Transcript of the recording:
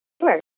Sure